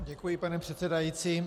Děkuji, pane předsedající.